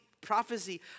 prophecy